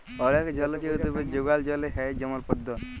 অলেক জলজ উদ্ভিদ যেগলা জলে হ্যয় যেমল পদ্দ